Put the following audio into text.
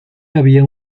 había